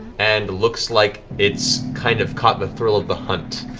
and looks like it's kind of caught the thrill of the hunt,